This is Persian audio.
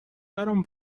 برام